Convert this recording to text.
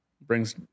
Brings